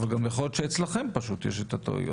אבל גם יכול להיות שגם אצלכם יש טעויות.